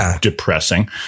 depressing